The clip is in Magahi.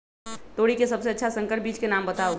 तोरी के सबसे अच्छा संकर बीज के नाम बताऊ?